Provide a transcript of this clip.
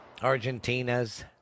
Argentinas